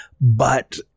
but-